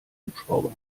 hubschrauber